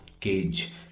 cage